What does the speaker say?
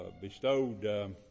bestowed